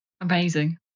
Amazing